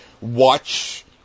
watch